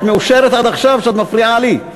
את מאושרת עד עכשיו שאת מפריעה לי?